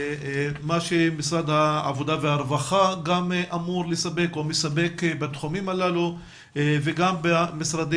גם מה שמשרד העבודה והרווחה אמור לספק או מספק בתחומים הללו וגם במשרדי